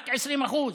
רק 20%,